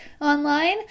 online